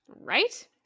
Right